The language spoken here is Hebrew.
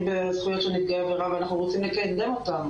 בזכויות של נפגעי עבירה ואנחנו רוצים לקדם אותן,